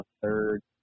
third